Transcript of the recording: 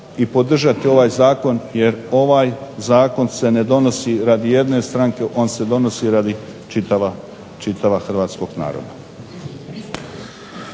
i podržati ovaj Zakon jer ovaj Zakon se ne donosi radi jedne stranke on se donosi radi čitavog Hrvatskog naroda.